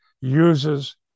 uses